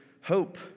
hope